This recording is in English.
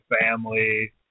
family